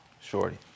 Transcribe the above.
Shorty